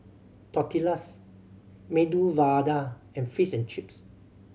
Tortillas Medu Vada and Fish and Chips